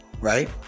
right